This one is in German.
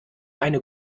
eine